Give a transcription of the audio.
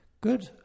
Good